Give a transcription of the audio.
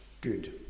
good